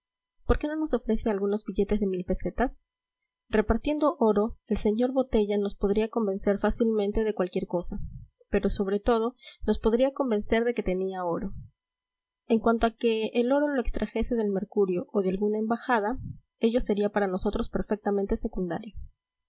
por qué no nos ofrece algunos billetes de mil pesetas repartiendo oro el sr botella nos podría convencer fácilmente de cualquier cosa pero sobre todo nos podría convencer de que tenía oro en cuanto a que el oro lo extrajese del mercurio o de alguna embajada ello sería para nosotros perfectamente secundario